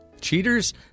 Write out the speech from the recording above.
Cheaters